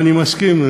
אני מסכים,